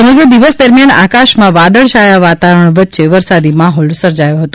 સમગ્ર દિવસ દરમિયાન આકાશમાં વાદળછાયા વાતાવરણ વચ્ચે વરસાદી માહોલ સર્જાયો હતો